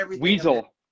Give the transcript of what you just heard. Weasel